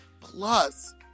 plus